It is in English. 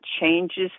changes